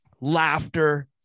laughter